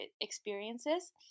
experiences